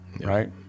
right